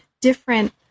different